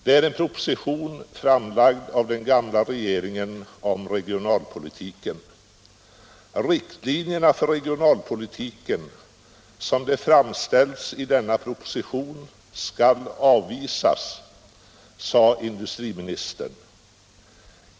Det är en proposition framlagd av den gamla regeringen om regionalpolitiken. —- Riktlinjerna för regionalpolitiken som de framställs i denna proposition skall avvisas, sade industriministern.